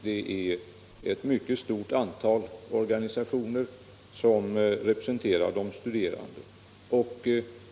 Det är ett mycket stort antal organisationer som representerar de studerande.